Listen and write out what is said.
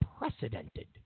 Unprecedented